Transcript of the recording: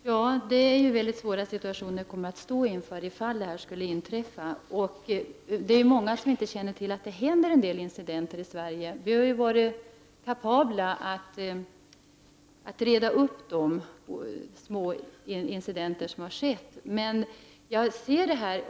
Herr talman! Vi kommer att stå inför mycket svåra situationer, om detta skulle inträffa. Det är många som inte känner till att det händer en del incidenter i Sverige. Vi har varit kapabla att reda upp de små incidenter som har inträffat.